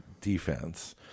defense